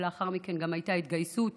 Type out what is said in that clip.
ולאחר מכן גם הייתה התגייסות